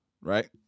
right